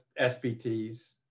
SPTs